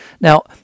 Now